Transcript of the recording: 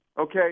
Okay